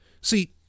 see